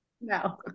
No